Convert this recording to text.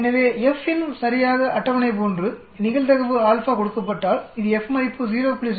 எனவே FINV சரியாக அட்டவணை போன்று நிகழ்தகவு α கொடுக்கப்பட்டால்இது F மதிப்பு 0